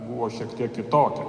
buvo šiek tiek kitokia